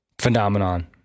phenomenon